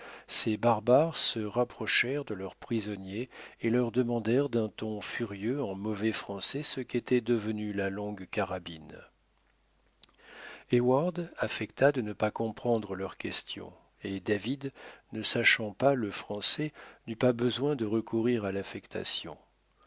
ces barbares se rapprochèrent de leurs prisonniers et leur demandèrent d'un ton furieux en mauvais français ce qu'était devenu la longue carabine heyward affecta de ne pas comprendre leurs questions et david ne sachant pas le français n'eut pas besoin de recourir à l'affectation